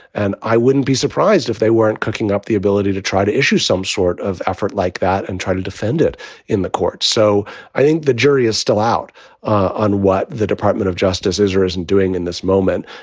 and i wouldn't be surprised if they weren't cooking up the ability to try to issue some sort of effort like that and try to defend it in the courts. so i think the jury is still out on what the department of justice is or isn't doing in this moment.